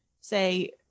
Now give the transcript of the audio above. say